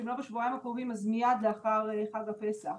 ואם לא בשבועיים הקרובים אז מיד לאחר חג הפסח: